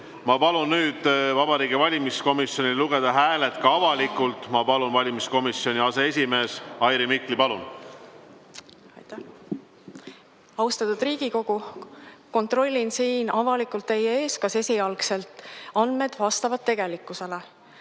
Ma palun nüüd Vabariigi Valimiskomisjonil lugeda hääled üle ka avalikult. Palun, valimiskomisjoni aseesimees Airi Mikli! Aitäh! Austatud Riigikogu, kontrollin siin avalikult teie ees, kas esialgsed andmed vastavad tegelikkusele.